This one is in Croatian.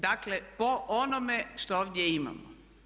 Dakle, po onome što ovdje imamo.